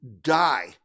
die